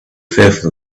fearful